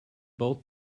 both